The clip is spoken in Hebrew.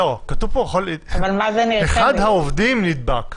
אבל מה זה "נרחבת"?